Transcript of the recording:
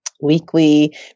weekly